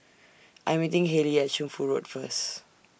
I Am meeting Hailee At Shunfu Road First